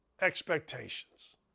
expectations